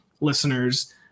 listeners